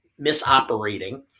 misoperating